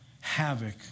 havoc